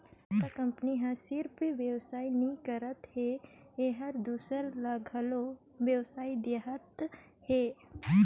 Tata company ह सिरिफ बेवसाय नी करत हे एहर दूसर ल घलो बेवसाय देहत हे